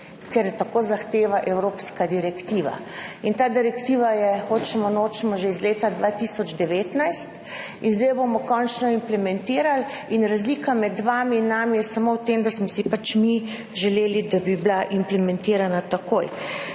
ker tako zahteva evropska direktiva. In ta direktiva je, hočemo, nočemo, že iz leta 2019 in zdaj jo bomo končno implementirali. Razlika med vami in nami je samo v tem, da smo si pač mi želeli, da bi bila implementirana takoj,